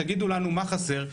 תגידו לנו מה חסר.